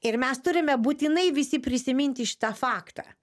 ir mes turime būtinai visi prisiminti šitą faktą